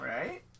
Right